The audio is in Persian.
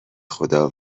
خدا